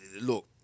look